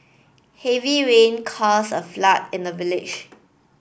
heavy rain cause a flood in the village